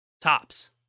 tops